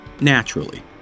naturally